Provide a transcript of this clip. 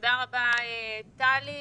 תודה רבה, טלי.